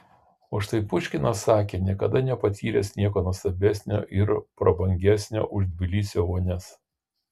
o štai puškinas sakė niekada nepatyręs nieko nuostabesnio ir prabangesnio už tbilisio vonias